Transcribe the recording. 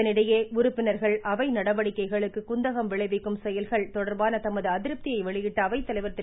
இதனிடையே உறுப்பினர்கள் அவை நடவடிக்கைகளுக்கு குந்தகம் விளைவிக்கும் நடவடிக்கைகள் தொடர்பான தமது அதிருப்தியை வெளியிட்ட அவைத்தலைவர் திரு